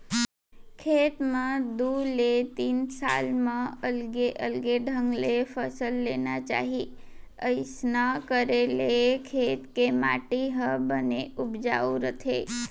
खेत म दू ले तीन साल म अलगे अलगे ढंग ले फसल लेना चाही अइसना करे ले खेत के माटी ह बने उपजाउ रथे